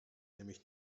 nämlich